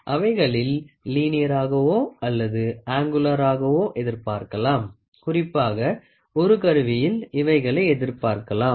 அவைகளில் லீயினராகவோ அல்லது அங்குலராகவோ எதிர்பார்க்கலாம் குறிப்பாக ஒரு கருவியில் இவைகளை எதிர்பார்க்கலாம்